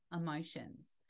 emotions